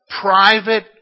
private